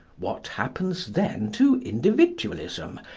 what happens then to individualism?